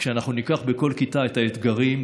שניקח בכל כיתה את האתגרים,